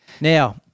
Now